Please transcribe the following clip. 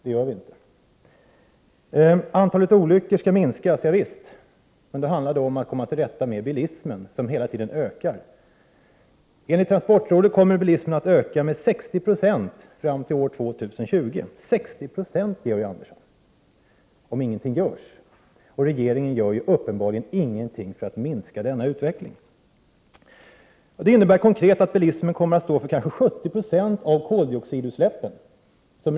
Ja, visst skall antalet olyckor minskas, men då måste man komma till rätta med bilismen som hela tiden ökar. Om ingenting görs kommer, enligt transportrådet, bilismen att öka med 60 96 fram till år 2020, och regeringen gör uppenbarligen ingenting för att minska denna utveckling. Konkret innebär det att bilismen kommer att stå för kanske 70 90 av koldioxidutsläp pen.